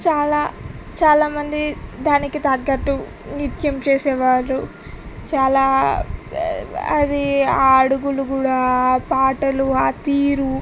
చాలా చాలామంది దానికి తగ్గట్టు నృత్యం చేసేవారు చాలా అది ఆ అడుగులు కూడా ఆ పాటలు ఆ తీరు